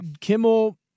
Kimmel